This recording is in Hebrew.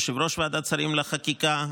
יושב-ראש ועדת שרים לחקיקה,